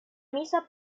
misa